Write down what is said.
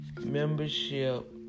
membership